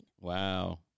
Wow